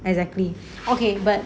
exactly okay but